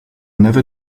never